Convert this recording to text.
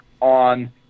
on